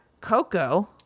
Coco